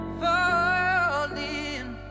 falling